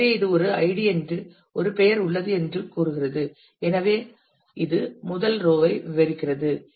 எனவே இது ஒரு ஐடி என்று ஒரு பெயர் உள்ளது என்று கூறுகிறது எனவே இது முதல் ரோ ஐ விவரிக்கிறது